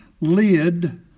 lid